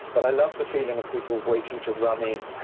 but i love the feeling of people waiting to run in,